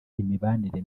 imibanire